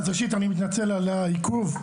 ראשית, אני מתנצל על העיכוב.